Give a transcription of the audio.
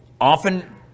often